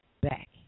back